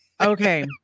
Okay